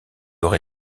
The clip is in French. rez